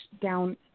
down